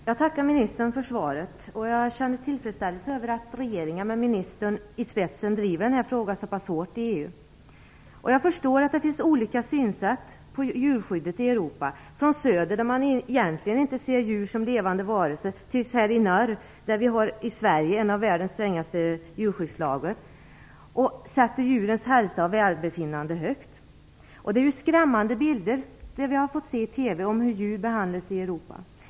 Fru talman! Jag tackar ministern för svaret och jag känner tillfredsställelse över att regeringen med ministern i spetsen driver den här frågan så pass hårt i Jag förstår att det finns olika synsätt på djurskyddet i Europa, från söder där man egentligen inte ser djur som levande varelser, till norr där vi i Sverige har en av världens strängaste djurskyddslagar och sätter djurens hälsa och välbefinnande högt. Det är skrämmande bilder vi har fått se i TV på hur djur behandlas i Europa.